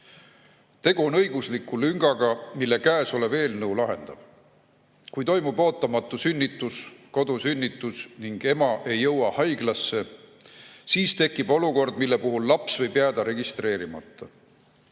Tegu on õigusliku lüngaga, mille kõnealune eelnõu lahendab. Kui toimub ootamatu sünnitus, kodusünnitus ning ema ei jõua haiglasse, siis tekib olukord, mille puhul laps võib jääda registreerimata.